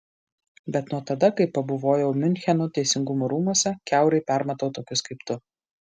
bet nuo tada kai pabuvojau miuncheno teisingumo rūmuose kiaurai permatau tokius kaip tu